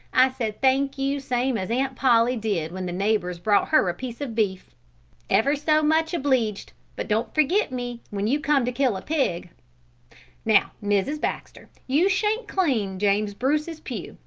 i said thank you same as aunt polly did when the neighbours brought her a piece of beef ever so much obleeged, but don't forget me when you come to kill a pig now, mrs. baxter, you shan't clean james bruce's pew,